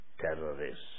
terrorists